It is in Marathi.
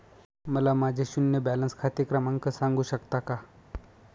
मला माझे शून्य बॅलन्स खाते क्रमांक सांगू शकता का?